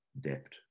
depth